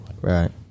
Right